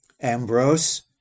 Ambrose